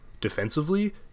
defensively